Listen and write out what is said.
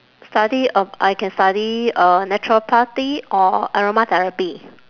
study uh I can study uh naturopathy or aromatherapy